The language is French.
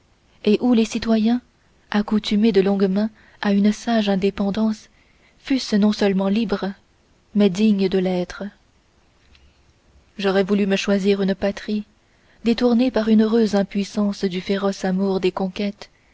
et où les citoyens accoutumés de longue main à une sage indépendance fussent non seulement libres mais dignes de l'être j'aurais voulu me choisir une patrie détournée par une heureuse impuissance du féroce amour des conquêtes